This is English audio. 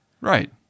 Right